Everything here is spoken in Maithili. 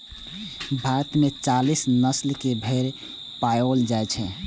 भारत मे चालीस नस्ल के भेड़ पाओल जाइ छै